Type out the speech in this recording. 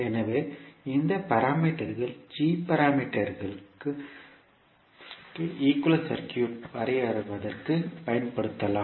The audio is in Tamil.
எனவே இந்த பாராமீட்டர்கள் g பாராமீட்டர்க்கு ஈக்குவேலன்ட் சர்க்யூட் வரைவதற்குப் பயன்படுத்தப்படலாம்